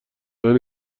زنی